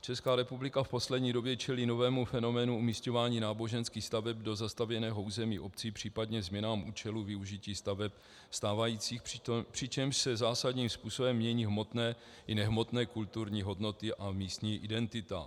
Česká republika v poslední době čelí novému fenoménu umisťování náboženských staveb do zastavěného území obcí, případně změnám účelu využití staveb stávajících, přičemž se zásadním způsobem mění hmotné i nehmotné kulturní hodnoty a místní identita.